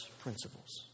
principles